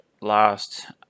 last